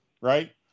right